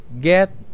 Get